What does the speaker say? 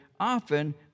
Often